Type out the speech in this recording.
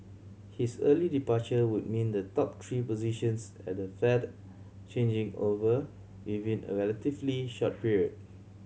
his early departure would mean the top three positions at the Fed changing over within a relatively short period